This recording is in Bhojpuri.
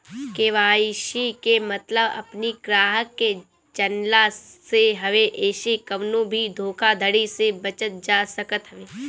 के.वाई.सी के मतलब अपनी ग्राहक के जनला से हवे एसे कवनो भी धोखाधड़ी से बचल जा सकत हवे